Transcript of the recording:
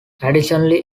additionally